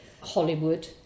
Hollywood